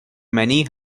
many